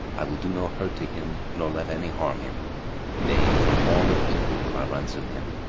i will do no hurt to him nor let any harm him nay, from all of evil will i ransom him,